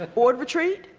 and board retreat?